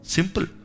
Simple